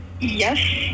Yes